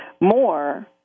more